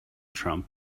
trump